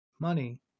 money